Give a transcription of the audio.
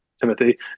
Timothy